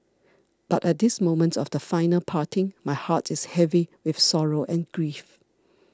but at this moment of the final parting my heart is heavy with sorrow and grief